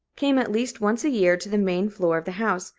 came at least once a year to the main floor of the house,